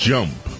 Jump